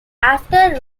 after